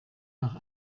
nach